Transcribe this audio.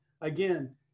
again